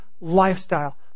lifestyle